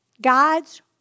God's